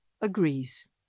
agrees